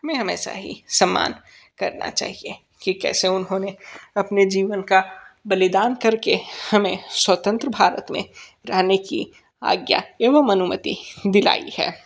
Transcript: हमें हमेशा ही सम्मान करना चाहिए की कैसे उन्होंने अपने जीवन का बलिदान करके हमें स्वतंत्र भारत में रहने की आज्ञा एवं अनुमति दिलाई है